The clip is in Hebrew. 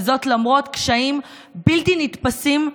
וזאת למרות קשיים בלתי נתפסים,